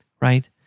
right